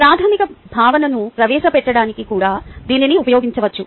ప్రాథమిక భావనను ప్రవేశపెట్టడానికి కూడా దీనిని ఉపయోగించవచ్చు